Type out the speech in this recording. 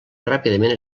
ràpidament